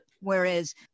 Whereas